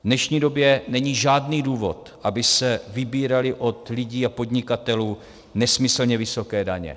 V dnešní době není žádný důvod, aby se vybíraly od lidí a podnikatelů nesmyslně vysoké daně.